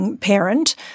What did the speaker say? Parent